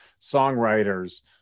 songwriters